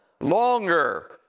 longer